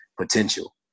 potential